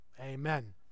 Amen